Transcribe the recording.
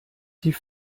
die